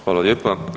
Hvala lijepo.